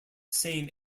same